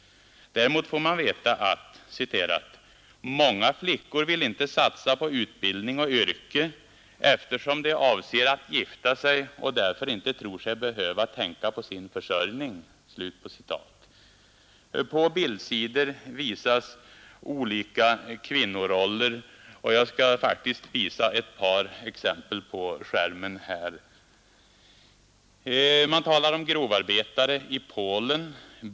Däremot far man veta: ”Manga flickor vill inte satsa på utbildning och yrke, eftersom de avser att gifta sig och därför inte tror sig behöva tänka på sin försörjning.” På bildsidor visas olika kvinnoroller. och jag skall faktiskt aterge ett par exempel på TV-skärmen. Man talar om grovarbetare i Polen.